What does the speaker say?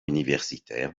universitaires